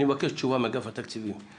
אני ארגיע את חברי הכנסת שלחוצים לשמוע